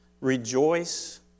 Rejoice